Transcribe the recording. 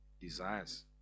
desires